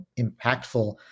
impactful